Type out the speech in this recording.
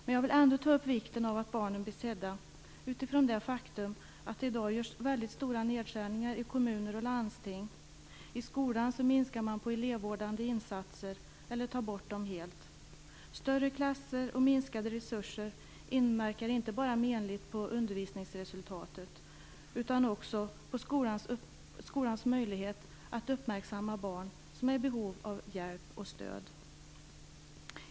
Men jag vill ändå ta upp vikten av att barnen blir sedda utifrån det faktum att det i dag görs väldigt stora nedskärningar i kommuner och landsting. I skolan minskar man på elevvårdande insatser eller tar bort dem helt. Större klasser och minskade resurser inverkar inte bara menligt på undervisningsresultatet utan också på skolans möjlighet att uppmärksamma barn som är i behov av hjälp och stöd.